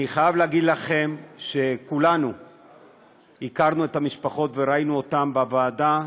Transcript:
אני חייב להגיד לכם שכולנו הכרנו את המשפחות וראינו אותן בוועדה,